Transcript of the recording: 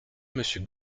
monsieur